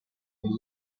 tribe